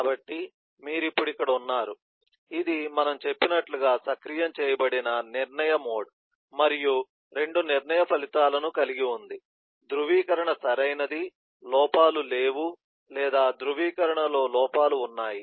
కాబట్టి మీరు ఇప్పుడు ఇక్కడ ఉన్నారు ఇది మనము చెప్పినట్లుగా సక్రియం చేయబడిన నిర్ణయ మోడ్ మరియు 2 నిర్ణయ ఫలితాలను కలిగి ఉంది ధ్రువీకరణ సరైనది లోపాలు లేవు లేదా ధ్రువీకరణలో లోపాలు ఉన్నాయి